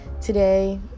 today